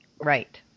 Right